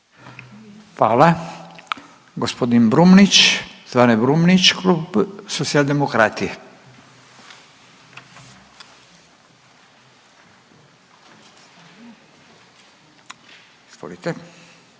Hvala. Gospodin Brumnić, Zvane Brumnić klub Socijaldemokrati. Izvolite.